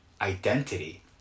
identity